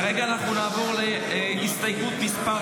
כרגע נעבור להסתייגות מס'